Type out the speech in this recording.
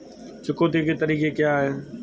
चुकौती के तरीके क्या हैं?